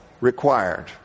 required